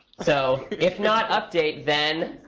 so if not update, then